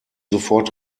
sofort